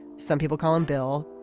some people call him bill.